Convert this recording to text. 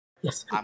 yes